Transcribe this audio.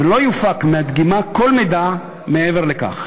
ולא יופק מהדגימה כל מידע מעבר לכך,